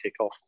kickoff